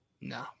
No